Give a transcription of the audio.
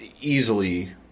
easily